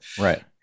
Right